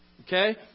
Okay